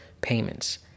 payments